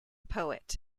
poet